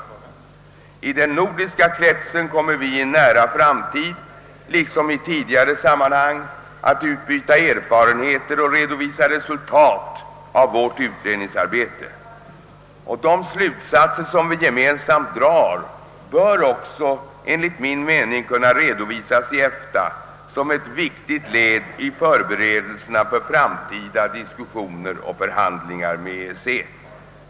I den nordiska kretsen kommer vi inom en nära framtid, liksom i tidigare sammanhang, att utbyta erfarenheter och redovisa resultat av vårt utredningsarbete. De slutsatser, som vi gemensamt drar, bör enligt min uppfattning också kunna redovisas i EFTA såsom ett viktigt led i förberedelserna för framtida diskussioner och förhandlingar med EEC.